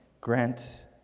grant